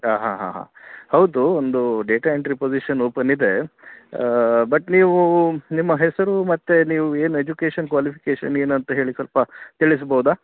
ಆಂ ಹಾಂ ಹಾಂ ಹಾಂ ಹೌದು ಒಂದು ಡೇಟಾ ಎಂಟ್ರಿ ಪೋಸಿಶನ್ ಒಪನ್ನಿದೆ ಬಟ್ ನೀವು ನಿಮ್ಮ ಹೆಸರು ಮತ್ತು ನೀವು ಏನು ಎಜುಕೇಶನ್ ಕ್ವಾಲಿಫಿಕೇಷನ್ ಏನು ಅಂತ ಹೇಳಿ ಸ್ವಲ್ಪ ತಿಳಿಸ್ಬೋದಾ